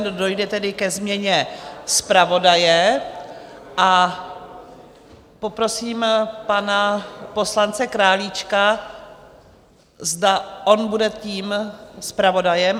Dojde tedy ke změně zpravodaje a poprosím pana poslance Králíčka, zda on bude tím zpravodajem?